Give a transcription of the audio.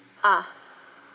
ah